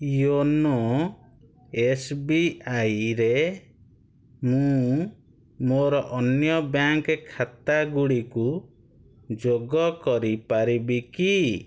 YONO ଏସ୍ବିଆଇରେ ମୁଁ ମୋର ଅନ୍ୟ ବ୍ୟାଙ୍କ୍ ଖାତା ଗୁଡ଼ିକୁ ଯୋଗ କରିପାରିବି କି